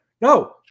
No